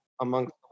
amongst